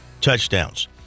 touchdowns